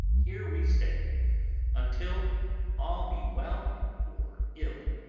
here we stay until all be well or ill.